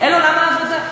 אל עולם העבודה.